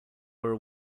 were